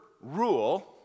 rule